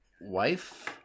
wife